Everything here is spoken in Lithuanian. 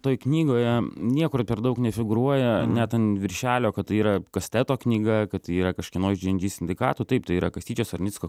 toj knygoje niekur per daug nefigūruoja net ant viršelio kad tai yra kasteto knyga kad tai yra kažkieno iš džy en džy sindikato taip tai yra kastyčio sarnicko